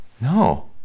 no